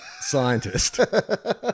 scientist